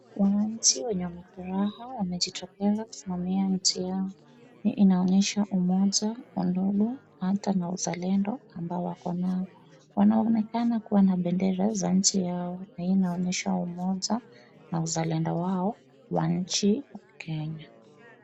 Wananchi wenye furaha wanajitokeza, kusimamia nchi yao. Hii inaonyesha umoja, undugu ata na uzalendo ambao wakonayo. Wanaonekana kuwa na bendera za nchi yao na hii inaonyesha umoja na uzalendo wao wa nchi ya Kenya.